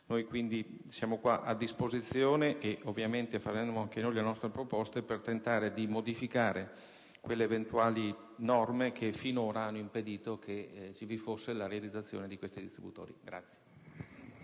quindi a disposizione e ovviamente faremo anche noi le nostre proposte per tentare di modificare quelle eventuali norme che finora hanno impedito che vi fosse la realizzazione di questi distributori.